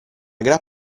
grap